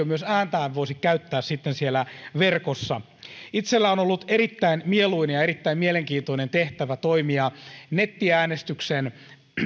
myös ääntään voisi käyttää siellä verkossa itselläni on ollut erittäin mieluinen ja mielenkiintoinen tehtävä toimia nettiäänestyksen